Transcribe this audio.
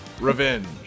Revenge